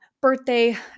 birthday